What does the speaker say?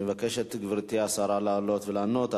אני מבקש מגברתי השרה לעלות ולענות.